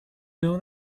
know